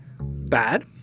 bad